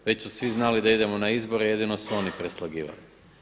Već su svi znali da idemo na izbore, jedino su oni preslagivali.